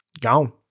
gone